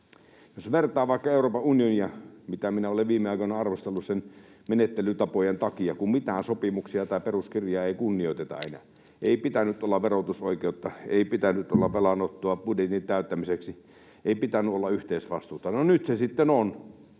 jos vertaa tätä vaikka Euroopan unioniin, jota olen viime aikoina arvostellut sen menettelytapojen takia, kun mitään sopimuksia tai peruskirjaa ei kunnioiteta enää: ei pitänyt olla verotusoikeutta, ei pitänyt olla velanottoa budjetin täyttämiseksi, ei pitänyt olla yhteisvastuuta. No, nyt se sitten on.